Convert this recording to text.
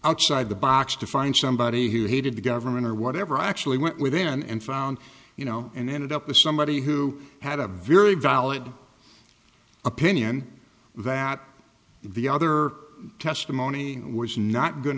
outside the box to find somebody who hated the government or whatever i actually went within and found you know and ended up with somebody who had a very valid opinion that the other testimony was not going